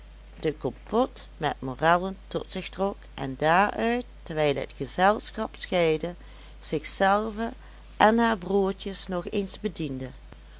de compôte met morellen tot zich trok en daaruit terwijl het gezelschap scheidde zichzelve en hare broertjes nog eens bediende